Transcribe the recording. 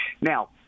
Now